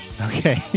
Okay